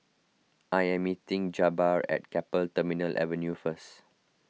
I am meeting Jabbar at Keppel Terminal Avenue first